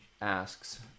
asks